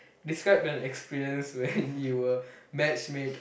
describe the experience when you were matchmade